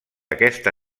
aquesta